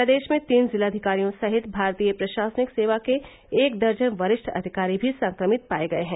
प्रदेश में तीन जिलाधिकारियों सहित भारतीय प्रशासनिक सेवा के एक दर्जन वरिष्ठ अधिकारी भी संक्रमित पाए गए हैं